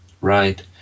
right